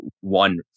one